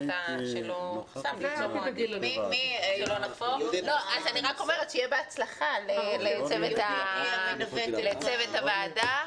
ליצור מועדים וכו', אז שיהיה בהצלחה לצוות הוועדה.